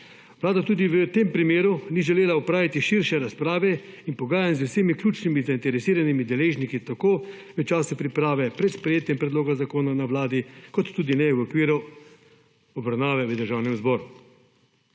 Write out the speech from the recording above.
Vlada tudi v tem primeru ni želela opraviti širše razprave in pogajanj z vsemi ključnimi zainteresiranimi deležniki tako v času priprave pred sprejetjem predloga zakona na vladi, kot tudi ne v okviru obravnave v državnem zboru.